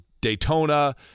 Daytona